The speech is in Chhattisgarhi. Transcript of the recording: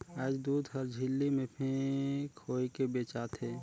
आयज दूद हर झिल्ली में पेक होयके बेचा थे